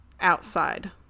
outside